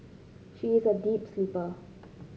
she is a deep sleeper